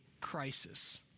crisis